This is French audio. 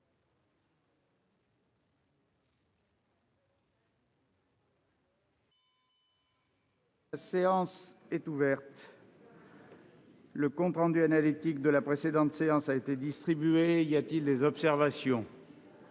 La séance est ouverte. Le compte rendu analytique de la précédente séance a été distribué. Il n'y a pas d'observation ?